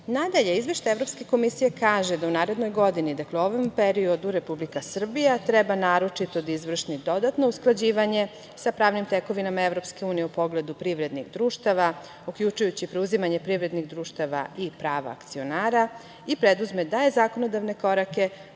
dopune. Nadalje, Izveštaj Evropske komisije kaže da u narednoj godini, dakle u ovom periodu Republika Srbija treba naročito da izvrši dodatno usklađivanje sa pravnim tekovinama Evropske unije u pogledu privrednih društava, uključujući preuzimanje privrednih društava i prava akcionara i preduzme dalje zakonodavne korake